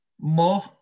More